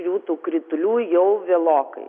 jų tų kritulių jau vėlokai